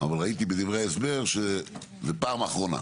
אבל ראיתי בדברי ההסבר שזאת פעם אחרונה.